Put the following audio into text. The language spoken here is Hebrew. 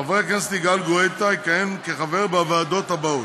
חבר הכנסת יגאל גואטה יכהן כחבר בוועדות האלה: